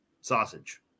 sausage